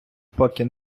поки